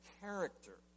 character